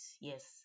yes